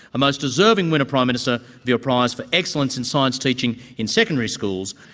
a most deserving winner, prime minister, of your prize for excellence in science teaching in secondary schools,